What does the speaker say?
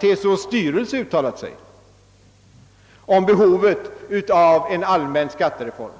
TCO:s styrelse har uttalat sig för en allmän skattereform.